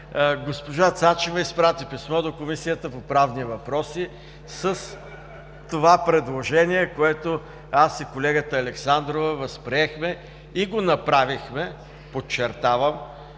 Госпожа Цачева изпрати писмо до Комисията по правни въпроси с това предложение, което аз и колегата Александрова възприехме и го направихме – подчертавам,